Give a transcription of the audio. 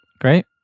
Great